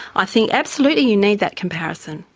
i think absolutely you need that comparison,